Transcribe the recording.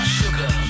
sugar